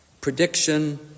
Prediction